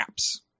apps